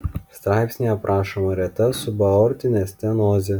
straipsnyje aprašoma reta subaortinė stenozė